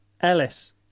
Ellis